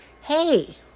hey